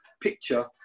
picture